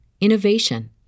innovation